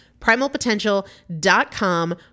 Primalpotential.com